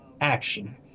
action